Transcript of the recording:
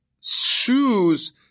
shoes